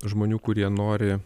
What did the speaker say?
žmonių kurie nori